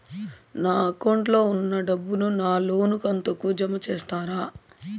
నా అకౌంట్ లో ఉన్న డబ్బును నా లోను కంతు కు జామ చేస్తారా?